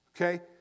Okay